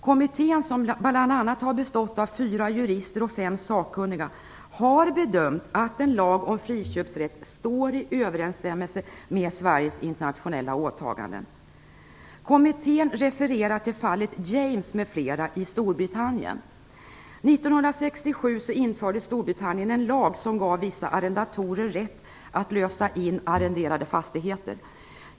Kommittén, som bl.a. har bestått av fyra jurister och fem sakkunniga, har bedömt att en lag om friköpsrätt står i överensstämmelse med Sveriges internationella åtaganden. Kommittén refererar till fallet År 1967 införde Storbritannien en lag som gav vissa arrendatorer rätt att lösa in arrenderade fastigheter.